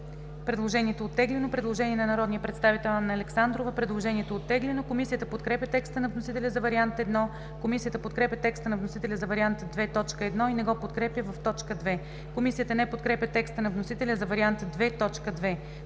Предложението е оттеглено.